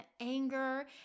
anger